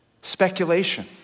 Speculation